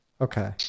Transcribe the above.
okay